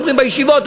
אומרים בישיבות,